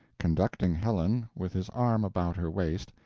conducting helen, with his arm about her waist,